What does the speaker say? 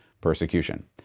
persecution